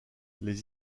les